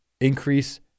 increase